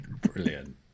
Brilliant